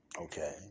okay